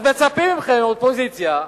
אז מצפים מכם, האופוזיציה,